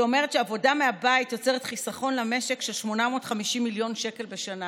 שאומרת שהעבודה מהבית יוצרת חיסכון למשק של 850 מיליון שקל בשנה.